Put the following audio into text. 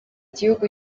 gihugu